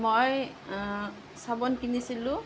মই চাবোন কিনিছিলোঁ